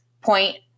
point